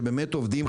שבאמת עובדים,